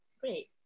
great